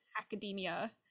academia